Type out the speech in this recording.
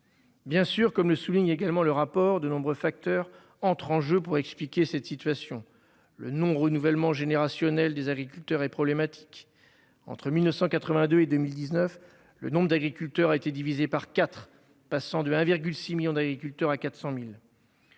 Bien sûr, comme le souligne également le rapport de nombreux facteurs entrent en jeu pour expliquer cette situation. Le non-renouvellement générationnel des agriculteurs et problématique entre 1982 et 2019 le nombre d'agriculteurs a été divisée par 4 passant de 1,6 millions d'agriculteurs à 400.000.